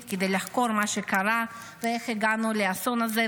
כדי לחקור מה שקרה ואיך הגענו לאסון הזה,